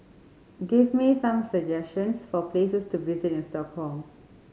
give me some suggestions for places to visit in Stockholm